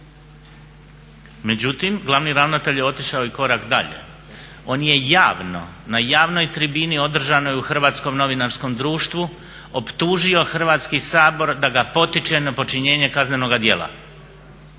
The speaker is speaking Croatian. Međutim, glavni ravnatelj je otišao i korak dalje, on je javno na javnoj tribini održanoj u Hrvatskom novinarskom društvu optužio Hrvatski sabor da ga potiče na počinjenje kaznenoga djela.